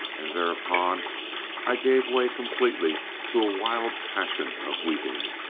and thereupon i gave way completely to a wild passion of weeping.